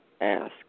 ask